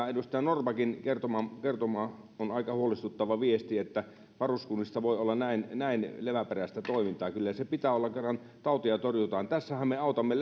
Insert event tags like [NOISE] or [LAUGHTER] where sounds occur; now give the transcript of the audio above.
[UNINTELLIGIBLE] edustaja norrbackin kertoma on aika huolestuttava viesti että varuskunnissa voi olla näin näin leväperäistä toimintaa kyllä se pitää olla kun kerran tautia torjutaan tässähän me autamme [UNINTELLIGIBLE]